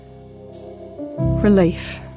Relief